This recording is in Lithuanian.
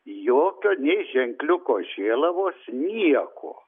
jokio ženkliuko žėlavos nieko